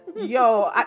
Yo